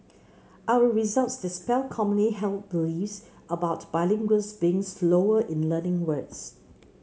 our results dispel commonly held beliefs about bilinguals being slower in learning words